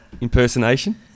impersonation